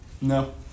no